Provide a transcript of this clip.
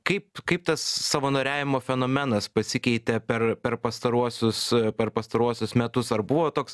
kaip kaip tas savanoriavimo fenomenas pasikeitė per per pastaruosius per pastaruosius metus ar buvo toks